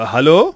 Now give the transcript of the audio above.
Hello